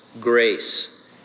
grace